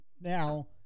now